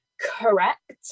correct